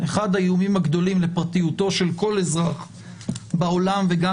אחד האיומים הגדולים לפרטיותו של כל אזרח בעולם וגם